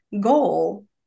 goal